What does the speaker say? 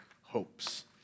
hopes